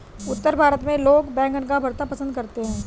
उत्तर भारत में लोग बैंगन का भरता पंसद करते हैं